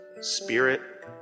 Spirit